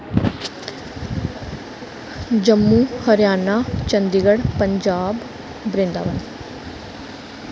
Jammu Haryana Chandigarh Punjab Brindaban